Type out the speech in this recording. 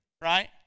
right